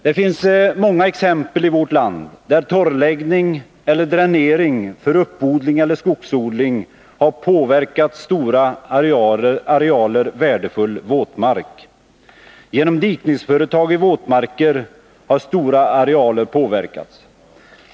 Det finns många exempel i vårt land där torrläggning eller dränering för uppodling eller skogsodling har påverkat stora arealer värdefull våtmark. Genom dikningsföretag i våtmarker har stora arealer påverkats.